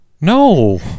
No